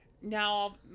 now